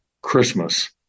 Christmas